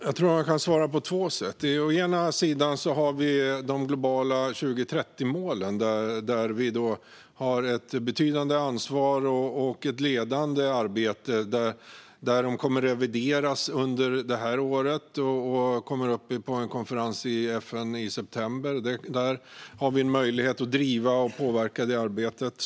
Fru talman! Jag tror att jag kan svara på två sätt. För det första har vi de globala 2030-målen, där vi har ett betydande ansvar och ett ledande arbete. De kommer att revideras under året och kommer upp på en konferens i FN i september. Där har vi en möjlighet att driva och påverka det arbetet.